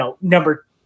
number